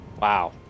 Wow